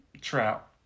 trout